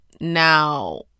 Now